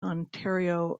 ontario